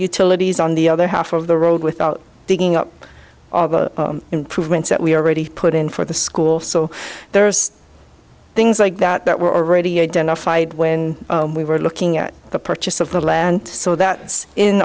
utilities on the other half of the road without digging up improvements that we already put in for the school so there's things like that that were already identified when we were looking at the purchase of the land so that i